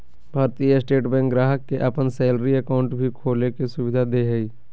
भारतीय state bank ग्राहक के अपन सैलरी अकाउंट भी खोले के सुविधा दे हइ